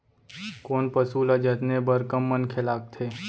कोन पसु ल जतने बर कम मनखे लागथे?